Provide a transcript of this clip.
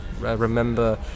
remember